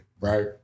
right